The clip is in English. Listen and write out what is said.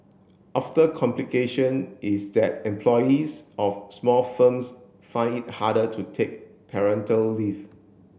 after complication is that employees of small firms find it harder to take parental leave